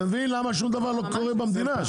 אתה מבין למה שום דבר לא קורה במדינה?